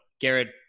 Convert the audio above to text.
Garrett